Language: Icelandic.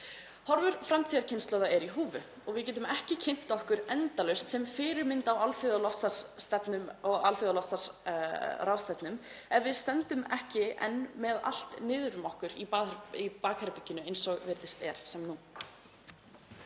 Horfur framtíðarkynslóða eru í húfi og við getum ekki kynnt okkur endalaust sem fyrirmynd á alþjóðaloftslagsráðstefnum ef við stöndum enn með allt niður um okkur í bakherberginu eins og virðist vera núna.